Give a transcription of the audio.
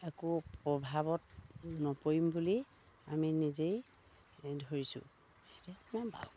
একো প্ৰভাৱত নপৰিম বুলি আমি নিজেই ধৰিছোঁ এতিয়া এই ভাল